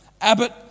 Abbott